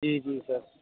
جی جی سر